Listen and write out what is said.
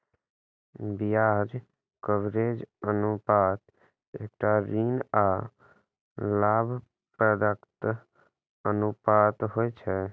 ब्याज कवरेज अनुपात एकटा ऋण आ लाभप्रदताक अनुपात होइ छै